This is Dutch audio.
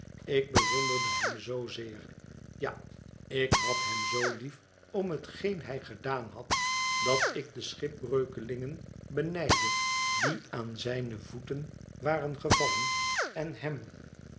ik bewonderde hem zoo zeer ja ik had hem zoo lief om hetgeen hij gedaan had dat ik de schipbreukelingen benijdde die aan zijne voeten waren gevallen en hem